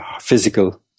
physical